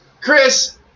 Chris